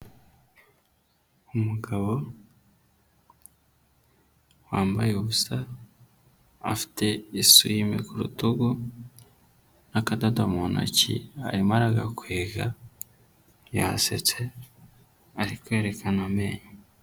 Umugabo wambaye ubusa afite isume ku rutugu n'akadoda mu ntoki arimo aragakwega yasetse ari kwerekana amenyo.